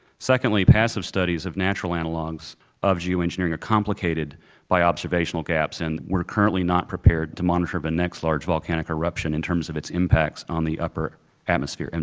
secondly, passive studies of natural analogues of geo-engineering are complicated by observational gaps and we are currently not prepared to monitor the but next large volcanic eruption in terms of its impacts on the upper atmosphere, and